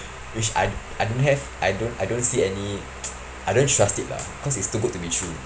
which I I don't have I don't I don't see any I don't trust it lah cause it's too good to be true